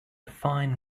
fine